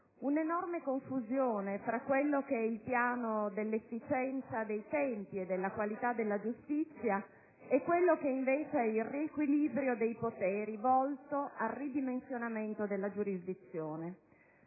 giustizia. Confusione tra quello che è il piano dell'efficienza dei tempi e della qualità della giustizia e quello del riequilibrio dei poteri volto al ridimensionamento della giurisdizione.